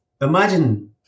imagine